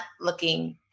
looking